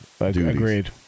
Agreed